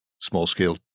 small-scale